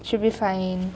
should be fine